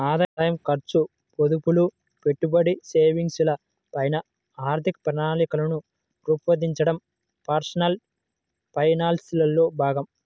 ఆదాయం, ఖర్చు, పొదుపులు, పెట్టుబడి, సేవింగ్స్ ల పైన ఆర్థిక ప్రణాళికను రూపొందించడం పర్సనల్ ఫైనాన్స్ లో భాగం